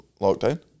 lockdown